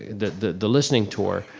the the listening tour,